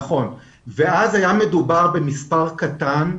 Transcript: נכון, ואז היה מדובר במספר קטן.